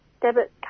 debit